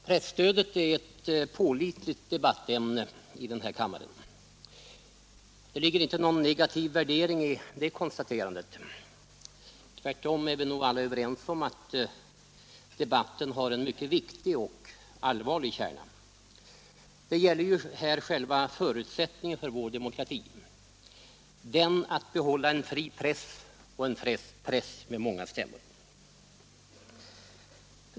Herr talman! Presstödet är ett pålitligt debattämne i denna kammare, Det ligger inte någon negativ värdering i det konstaterandet, Tvärtom är vi nog alla överens om att debatten har en mycket viktig och allvarlig kärna. Det gäller ju själva förutsättningen för vår demokrati — att behålla en fri press och en press med många stämmor.